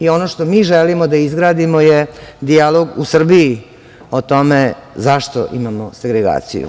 Ono što mi želimo da izgradimo je dijalog u Srbiji je u tome zašto imamo segregaciju?